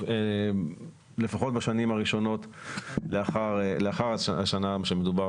הזה לפחות בשנים הראשונות לאחר השנה שמדובר